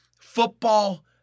football